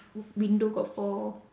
w~ window got four